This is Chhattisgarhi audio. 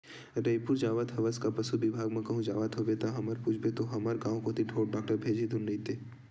रइपुर जावत हवस का पसु बिभाग म कहूं जावत होबे ता हमर पूछबे तो हमर गांव कोती ढोर डॉक्टर भेजही धुन नइते